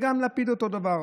גם לפיד אותו דבר: